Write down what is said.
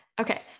Okay